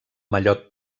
mallot